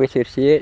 बोसोरसे